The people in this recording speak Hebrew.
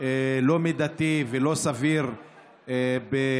לא מידתי ולא סביר באלות,